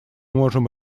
можем